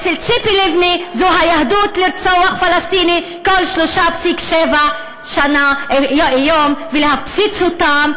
אצל ציפי לבני היהדות זה לרצוח פלסטיני בכל 3.7 יום ולהפציץ אותם,